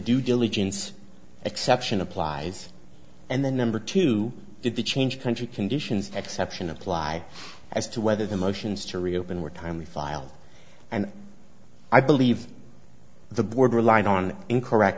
due diligence exception applies and the number two did to change country conditions exception apply as to whether the motions to reopen were timely filed and i believe the borderline on incorrect